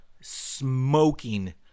smoking